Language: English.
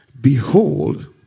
behold